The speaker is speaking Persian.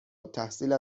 التحصیل